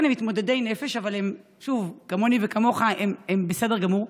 הם מתמודדי נפש, אבל כמוני וכמוך, הם בסדר גמור.